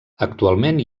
actualment